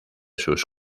sus